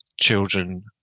children